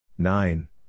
Nine